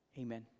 Amen